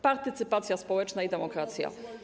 Partycypacja społeczna i demokracja.